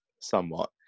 somewhat